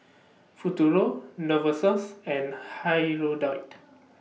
Futuro Novosource and Hirudoid